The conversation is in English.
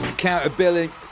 Accountability